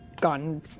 gone